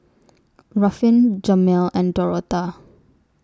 Ruffin Jameel and Dorotha